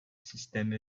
système